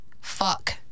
Fuck